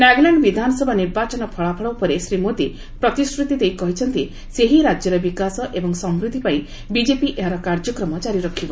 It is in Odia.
ନାଗାଲାଣ୍ଡ ବିଧାନସଭା ନିର୍ବାଚନ ଫଳାଫଳ ଉପରେ ଶ୍ରୀ ମୋଦି ପ୍ରତିଶ୍ରୁତି ଦେଇ କହିଛନ୍ତି ସେହି ରାଜ୍ୟର ବିକାଶ ଏବଂ ସମୃଦ୍ଧି ପାଇଁ ବିଜେପି ଏହାର କାର୍ଯ୍ୟକ୍ରମ ଜାରି ରଖିବ